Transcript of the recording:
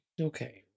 Okay